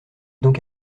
donc